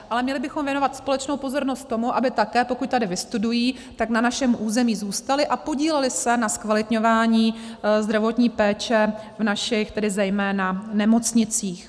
Ale měli bychom věnovat společnou pozornost tomu, aby také, pokud tady vystudují, na našem území zůstali a podíleli se na zkvalitňování zdravotní péče v našich tedy zejména nemocnicích.